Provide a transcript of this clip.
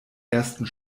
ersten